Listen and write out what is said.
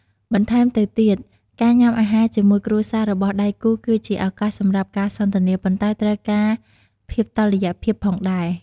បន្តែមទៅទៀតការញ៉ាំអាហារជាមួយគ្រួសាររបស់ដៃគូគឺជាឱកាសសម្រាប់ការសន្ទនា ប៉ុន្តែត្រូវការភាពតុល្យភាពផងដែរ។